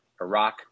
Iraq